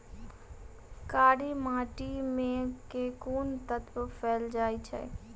कार्य माटि मे केँ कुन तत्व पैल जाय छै?